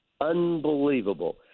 Unbelievable